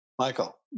Michael